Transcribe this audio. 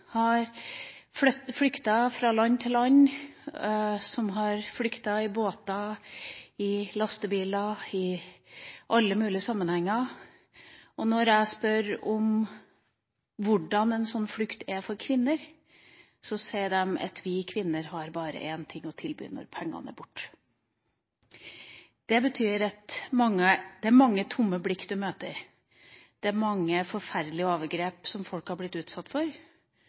har flyktet fra land til land, som har flyktet i båter, i lastebiler – i alle mulige sammenhenger. Når jeg spør om hvordan en slik flukt er for kvinner, sier de at vi kvinner har bare én ting å tilby når pengene er borte. Det betyr at du møter mange tomme blikk. Folk har blitt utsatt for mange forferdelige overgrep